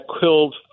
killed